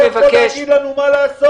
מבקר המדינה לא יכול להגיד לנו מה לעשות,